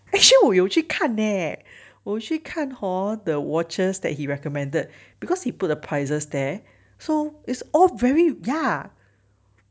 actually 我有去看 eh 我去看 hor the watches that he recommended because he put the prices there so it's all very ya